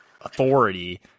authority